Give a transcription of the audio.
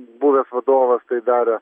buvęs vadovas tai darė